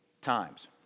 times